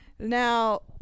Now